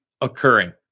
occurring